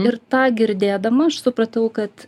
ir tą girdėdama aš supratau kad